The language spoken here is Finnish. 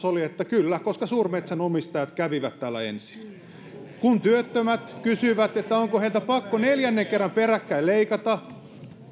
oli että kyllä koska suurmetsänomistajat kävivät täällä ensin kun työttömät kysyivät onko heiltä pakko neljännen kerran peräkkäin leikata